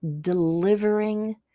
delivering